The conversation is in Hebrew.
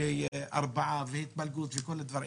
וארבעה, והתפלגות, וכל הדברים.